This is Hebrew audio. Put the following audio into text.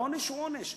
והעונש הוא עונש.